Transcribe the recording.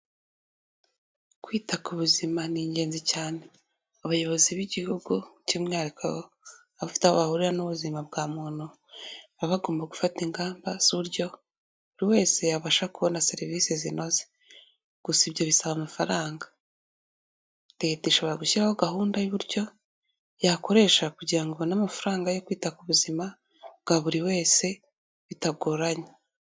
Kwita kubuzima ni ingenzi cyane. Abayobozi b'igihugu by'umwihariko abafite aho bahurira n'ubuzima bwa muntu, baba bagomba gufata ingamba z'uburyo buri wese yabasha kubona serivisi zinoze. Gusa ibyo bisaba amafaranga. Leta ishobora gushyiraho gahunda y'uburyo yakoresha kugira ngo ibone amafaranga yo kwita ku buzima, bwa buri wese, bitagoranye.